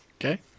Okay